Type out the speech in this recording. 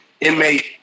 inmate